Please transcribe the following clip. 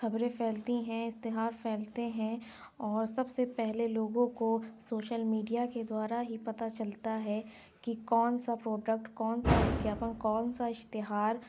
خبریں پھیلتی ہیں اشتہار پھیلتے ہیں اور سب سے پہلے لوگوں کو سوشل میڈیا کے دوارا ہی پتہ چلتا ہے کہ کونسا پروڈکٹ کونسا وگیاپن کونسا اشتہار